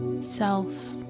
self